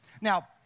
Now